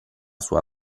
sua